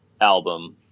album